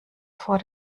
vor